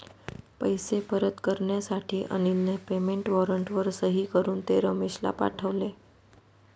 पैसे परत करण्यासाठी अनिलने पेमेंट वॉरंटवर सही करून ते रमेशला पाठवले